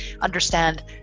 understand